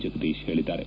ಜಗದೀಶ್ ಹೇಳಿದ್ದಾರೆ